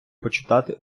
почитати